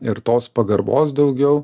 ir tos pagarbos daugiau